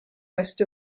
west